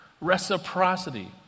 Reciprocity